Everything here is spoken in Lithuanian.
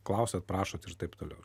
klausiat prašot ir taip toliau